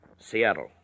Seattle